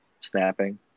snapping